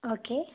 okay